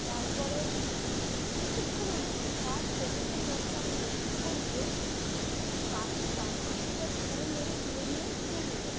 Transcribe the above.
তার পরে কিছুক্ষণের মধ্যে পাঁচ সেকেন্ডের মধ্যে আমি লক্ষ্য করি যে পাখিটা মাছটিকে ছোঁ মেরে তুলে নিয়ে খেয়ে নিল